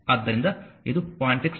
ಆದ್ದರಿಂದ ಇದು 0